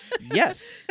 Yes